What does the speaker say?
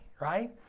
right